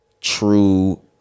true